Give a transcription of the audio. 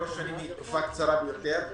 שלוש שנים היא תקופה קצרה ביותר.